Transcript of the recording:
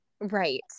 Right